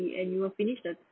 and you will finish the